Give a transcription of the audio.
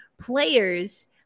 players